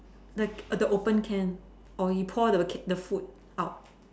the the opened can or you pour the food out